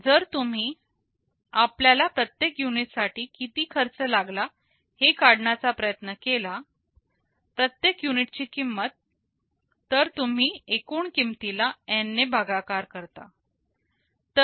आता जर तुम्ही आपल्याला प्रत्येक युनिट साठी किती खर्च लागला हे काढण्याचा प्रयत्न केला प्रत्येक युनिटची किंमत तर तुम्ही एकूण किंमतीला N ने भागाकार करता